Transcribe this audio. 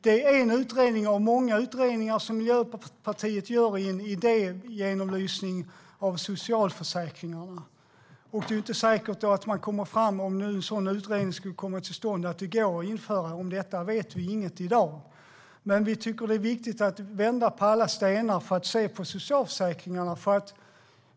Det är en utredning av många som Miljöpartiet vill göra i en idégenomlysning av socialförsäkringarna. Om en sådan utredning kommer till stånd är det inte säkert att man kommer fram till att det går att införa. Om detta vet vi inget i dag. Men vi tycker att det är viktigt att vända på alla stenar för att se på socialförsäkringarna.